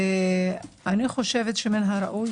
אני חושבת שמן הראוי,